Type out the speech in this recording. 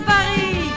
Paris